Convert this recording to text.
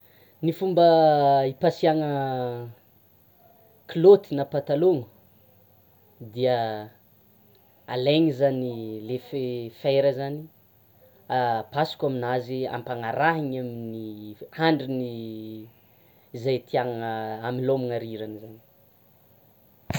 Ny fomba hipasiana kilôty na patalôno, dia alaina zany le fera zany hapasoka aminazy ampanarahany amin'ny handriny zay tiana hamilômana rirany zany.